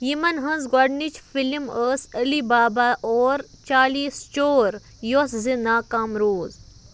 یِمَن ہٕنٛز گۄڈٕنِچ فِلم ٲس علی بابا اور چالیٖس چور یۅس زِ ناکام روٗز